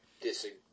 disagree